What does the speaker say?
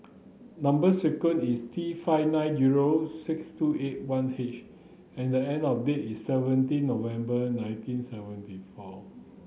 number sequence is T five nine zero six two eight one H and I know date is seventeen November nineteen seventy four